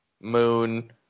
moon